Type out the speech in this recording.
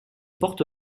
porte